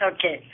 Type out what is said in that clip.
Okay